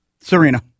Serena